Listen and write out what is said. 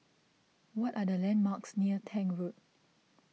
what are the landmarks near Tank Road